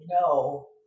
no